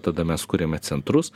tada mes kuriame centrus